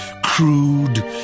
Crude